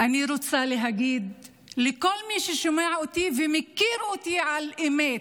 אני רוצה להגיד לכל מי ששומע אותי ומכיר אותי באמת,